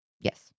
Yes